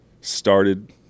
started –